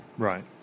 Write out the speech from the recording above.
Right